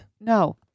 No